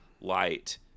light